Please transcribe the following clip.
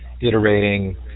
iterating